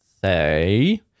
say